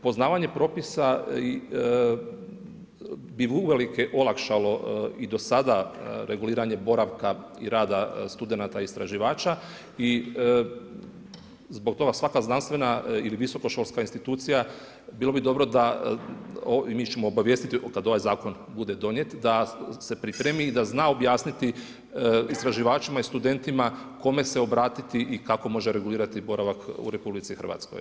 Poznavanje propisa bi uvelike olakšalo i do sada reguliranje boravka i rada studenata istraživača i zbog toga svaka znanstvena ili visoko školska institucija bilo bi dobro da, i mi ćemo obavijestiti kad ovaj zakon bude donijet, da se pripremi i da zna objasniti istraživačima i studentima kome se obratiti i kako može regulirati boravak u RH.